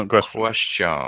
question